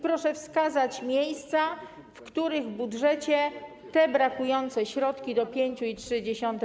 Proszę wskazać miejsca, w których w budżecie te brakujące środki do 5,3%